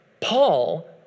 Paul